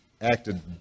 acted